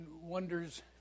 wonders